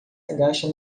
agacha